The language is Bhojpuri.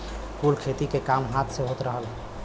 कुल खेती के काम हाथ से होत रहल